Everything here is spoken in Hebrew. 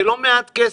זה לא מעט כסף.